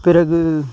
பிறகு